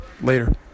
later